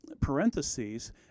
parentheses